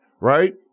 right